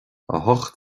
hocht